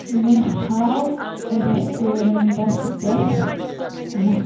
مےٚ ہاو ریسٹورنٹس پٮ۪ٹھ وُتھ